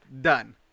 Done